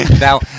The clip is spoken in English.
Now